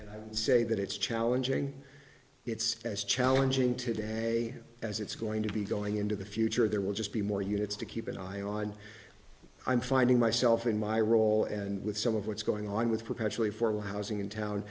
and i don't say that it's challenging it's as challenging today as it's going to be going into the future there will just be more units to keep an eye on i'm finding myself in my role and with some of what's going on with perpetually for housing in town